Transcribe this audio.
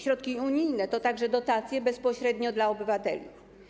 Środki unijne to także dotacje bezpośrednio dla obywateli.